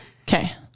Okay